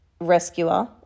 rescuer